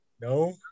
no